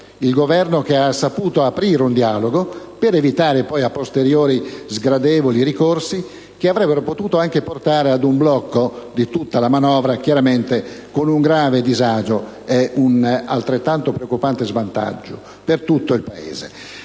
il Governo, che ha saputo aprire un dialogo per evitare *a posteriori* sgradevoli ricorsi, che avrebbero potuto anche portare ad un blocco di tutta la manovra, chiaramente con un grave disagio e con un altrettanto preoccupante svantaggio per tutto il Paese.